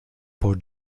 por